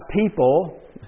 people